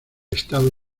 estado